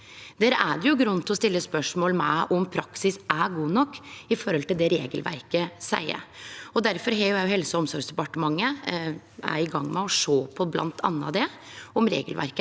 Der er det grunn til å stille spørsmål ved om praksis er god nok i forhold til det regelverket seier. Difor er òg Helse- og omsorgsdepartementet i gang med å sjå på bl.a. det, om regelverket